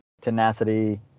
tenacity